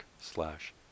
slash